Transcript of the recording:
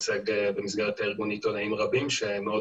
במסגרת הארגון אני מייצג עיתונאים רבים שמאוד